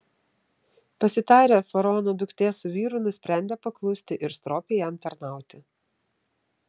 pasitarę faraono duktė su vyru nusprendė paklusti ir stropiai jam tarnauti